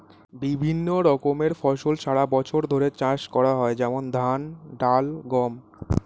বিভিন্ন রকমের ফসল সারা বছর ধরে চাষ করা হয়, যেমন ধান, ডাল, গম